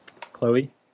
Chloe